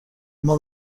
اما